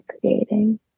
creating